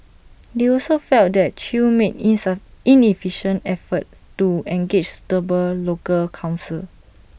they also felt that chew made inefficient efforts to engage suitable local counsel